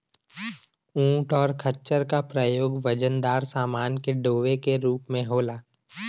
ऊंट और खच्चर का प्रयोग वजनदार समान के डोवे के रूप में होला